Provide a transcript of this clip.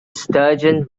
sturgeon